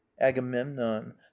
agamemnon